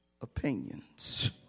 opinions